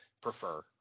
prefer